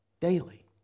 Daily